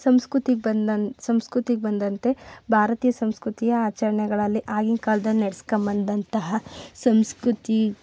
ಸಂಸ್ಕೃತಿಗೆ ಬಂದಂ ಸಂಸ್ಕೃತಿಗೆ ಬಂದಂತೆ ಭಾರತೀಯ ಸಂಸ್ಕೃತಿಯ ಆಚರಣೆಗಳಲ್ಲಿ ಆಗಿನ ಕಾಲ್ದಲ್ಲಿ ನಡೆಸ್ಕೊಂಬಂದಂತಹ ಸಂಸ್ಕೃತಿ